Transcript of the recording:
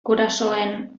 gurasoen